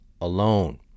alone